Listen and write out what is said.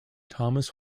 thomas